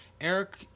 Eric